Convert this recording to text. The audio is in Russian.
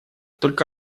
только